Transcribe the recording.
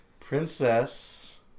Princess